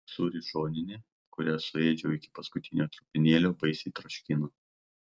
sūri šoninė kurią suėdžiau iki paskutinio trupinėlio baisiai troškina